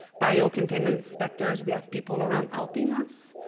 biocontainment inspectors. we have people around helping us,